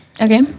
Okay